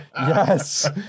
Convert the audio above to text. Yes